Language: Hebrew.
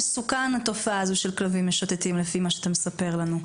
לפי מה שאתה מספר לנו,